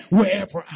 wherever